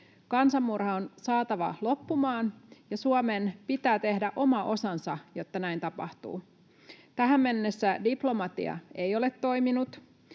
Kansanmurha on saatava loppumaan ja Suomen pitää tehdä oma osansa, jotta näin tapahtuu. Tähän mennessä diplomatia ei ole toiminut.